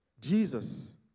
Jesus